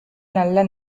நல்ல